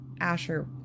Asher